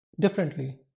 differently